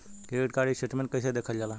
Credit card statement कइसे देखल जाला?